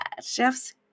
chef's